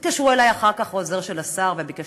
התקשר אלי אחר כך העוזר של השר וביקש